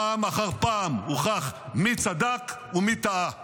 פעם אחר פעם הוכח מי צדק ומי טעה,